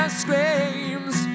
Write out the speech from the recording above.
screams